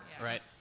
Right